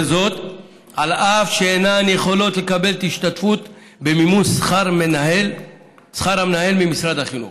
וזאת אף שהן אינן יכולות לקבל השתתפות במימון שכר המנהל ממשרד החינוך.